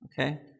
Okay